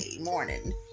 morning